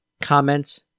comments